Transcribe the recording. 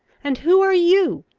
and who are you?